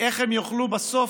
איך הם יוכלו בסוף,